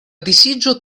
disiĝo